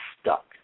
stuck